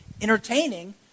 entertaining